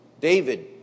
David